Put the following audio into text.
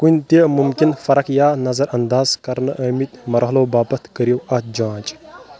کُنہِ تہِ مُمکن فرق یا نظر انٛداز کرنہٕ ٲمٕتۍ مرحلو باپتھ کٔرِو اتھ جانچ